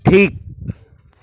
ᱴᱷᱤᱠ